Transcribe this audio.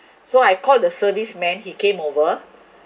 so I called the service man he came over